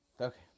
okay